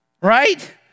right